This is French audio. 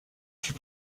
fut